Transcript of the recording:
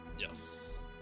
Yes